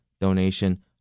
donation